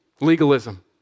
legalism